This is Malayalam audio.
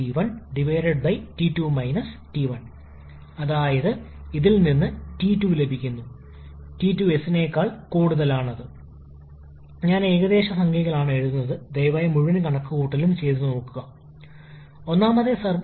നമുക്ക് കഴിയുന്നത്ര അടുത്ത് പോകാൻ ശ്രമിക്കുന്നതിനെ ടി 1 വരെ ടിബി കുറയ്ക്കാൻ കഴിയാത്ത ചില പ്രശ്നങ്ങൾ ഉണ്ടാകാം